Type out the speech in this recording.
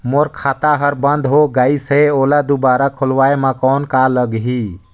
मोर खाता हर बंद हो गाईस है ओला दुबारा खोलवाय म कौन का लगही?